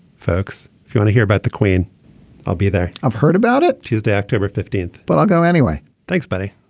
folks if you want to hear about the queen i'll be there i've heard about it. tuesday october fifteenth but i'll go anyway thanks buddy